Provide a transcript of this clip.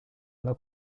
alla